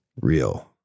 real